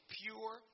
pure